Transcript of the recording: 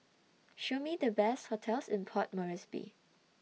Show Me The Best hotels in Port Moresby